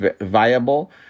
viable